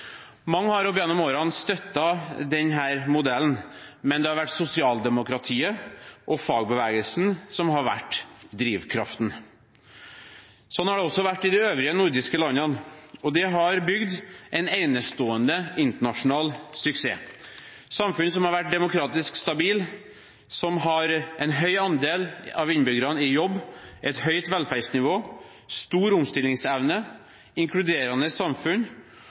Mange har opp gjennom årene støttet denne modellen, men det har vært sosialdemokratiet og fagbevegelsen som har vært drivkraften. Slik har det også vært i de øvrige nordiske landene, og det har bygd en enestående internasjonal suksess: samfunn som har vært demokratisk stabile, som har en høy andel av innbyggerne i jobb, et høyt velferdsnivå, stor omstillingsevne og inkluderende samfunn,